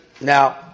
Now